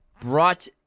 brought